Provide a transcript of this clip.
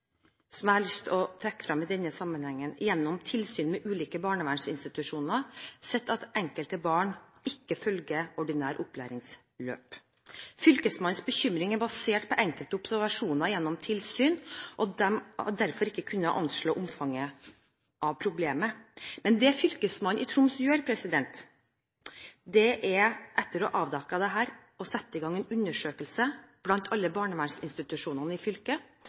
som jeg har lyst til å trekke frem i denne sammenhengen, gjennom tilsyn med ulike barnevernsinstitusjoner sett at enkelte barn ikke følger ordinære opplæringsløp. Fylkesmannens bekymring er basert på enkelte observasjoner gjennom tilsyn, og de har derfor ikke kunnet anslå omfanget av problemet. Men det fylkesmannen i Troms gjør, er etter å ha avdekket dette å sette i gang en undersøkelse blant alle barnevernsinstitusjonene i fylket,